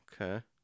Okay